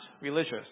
religious